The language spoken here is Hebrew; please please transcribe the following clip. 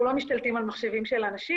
אנחנו לא משתלטים על מחשבים של אנשים,